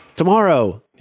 tomorrow